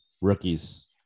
rookies